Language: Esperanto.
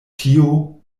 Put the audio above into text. tio